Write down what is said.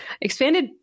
expanded